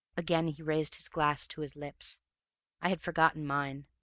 again he raised his glass to his lips i had forgotten mine.